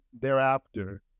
thereafter